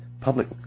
public